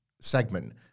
segment